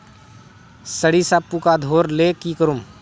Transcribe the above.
सरिसा पूका धोर ले की करूम?